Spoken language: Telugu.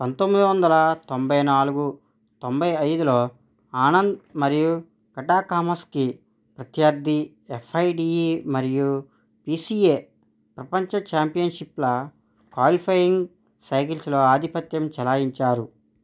పంతొమ్మిది వందల తొంభై నాలుగు తొంభై ఐదులో ఆనంద్ మరియు గటా కామస్కీ ప్రత్యర్థి ఎఫ్ఐడిఈ మరియు పీసిఏ ప్రపంచ ఛాంపియన్షిప్ల క్వాలిఫైయింగ్ సైకిల్స్లో ఆధిపత్యం చెలాయించారు